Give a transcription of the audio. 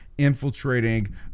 Infiltrating